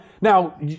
Now